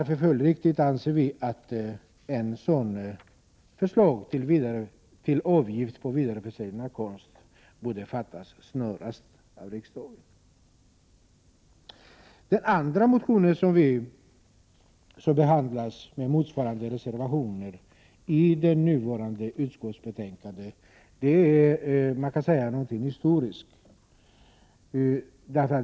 Följdriktigt anser vi också att ett sådant förslag till avgift på vidareförsäljning av konst borde fattas snarast av riksdagen. Den andra motion som behandlas i motsvarande reservationer i det förevarande utskottsbetänkandet kan sägas vara historisk.